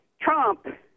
Trump